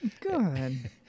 Good